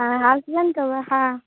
হ্যাঁ আসবেন তবে হ্যাঁ